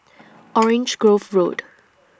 Orange Grove Road